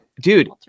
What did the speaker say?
dude